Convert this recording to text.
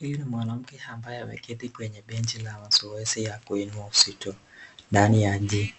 Huyu ni mwanamke ambaye ameketi kwenye benchi ya mazoezi ya kuinua uzito ndani ya jengo.